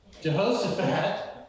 Jehoshaphat